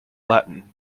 latin